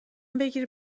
بگیری